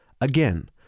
Again